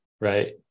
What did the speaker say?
right